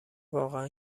واقعا